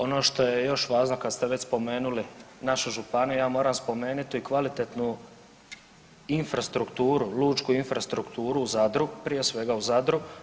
Ono što je još važno kad ste već spomenuli našu županiju, ja moram spomenuti kvalitetnu infrastrukturu, lučku infrastrukturu u Zadru, prije svega u Zadru.